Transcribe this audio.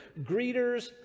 greeters